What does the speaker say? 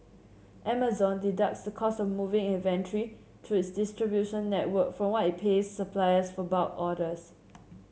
Amazon deducts the cost of moving inventory through its distribution network from what it pays suppliers for bulk orders